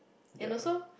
and also